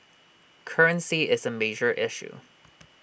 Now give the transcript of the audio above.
currency is A major issue